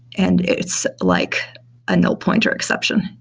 and it's like a no pointer exception.